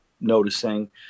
noticing